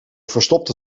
verstopte